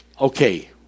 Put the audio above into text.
Okay